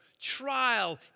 trial